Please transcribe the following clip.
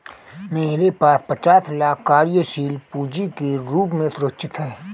मेरे पास पचास लाख कार्यशील पूँजी के रूप में सुरक्षित हैं